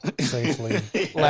safely